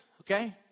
okay